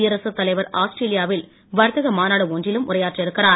குடியரசுத் தலைவர் ஆஸ்திரேலியா வில் வர்த்தக மாநாடு ஒன்றிலும் உரையாற்ற இருக்கிறார்